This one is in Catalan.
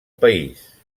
país